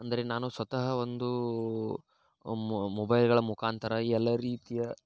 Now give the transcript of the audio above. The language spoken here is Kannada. ಅಂದರೆ ನಾನು ಸ್ವತಃ ಒಂದು ಮೊಬೈಲ್ಗಳ ಮುಖಾಂತರ ಎಲ್ಲ ರೀತಿಯ